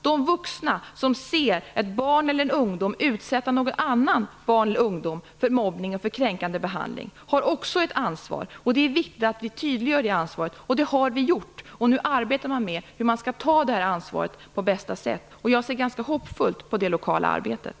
De vuxna som ser ett barn eller en ung människa utsätta någon annan för mobbning eller kränkande behandling har också ett ansvar. Det är viktigt att vi tydliggör det ansvaret. Det har vi gjort. Nu arbetar man med hur man skall ta det här ansvaret på bästa sätt. Jag ser ganska hoppfullt på det lokala arbetet.